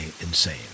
insane